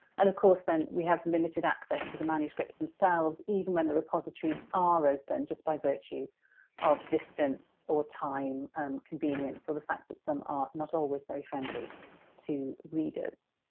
and of course, then, we have limited access to the manuscripts themselves, even when the repositories are open just by virtue of distance or time and convenience, or the fact that some are not always very friendly to readers.